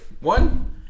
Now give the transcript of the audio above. One